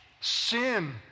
Sin